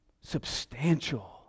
substantial